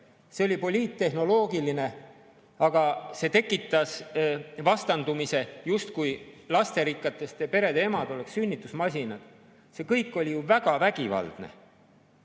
See oli poliittehnoloogiline. Aga see tekitas vastandumise, justkui lasterikaste perede emad oleks sünnitusmasinad. See kõik oli ju väga vägivaldne.